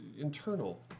internal